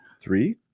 three